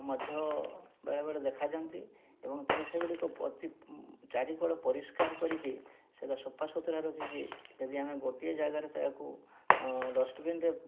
ମଧ୍ୟ ବେଳେବେଳେ ଦେଖାଯାଆନ୍ତି ଏବଂ ତେଣୁ ସେଗୁଡ଼ିକ ଚାରିକଡ଼ ପରିଷ୍କାର କରିକି ସେରା ସଫାସୁତୁରା ରଖିକି ଯଦି ଆମେ ଗୋଟିଏ ଯାଗାରେ ତାକୁ ଡଷ୍ଟବିନ୍ରେ